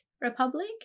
Republic